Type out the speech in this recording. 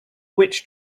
witch